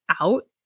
out